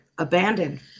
Abandoned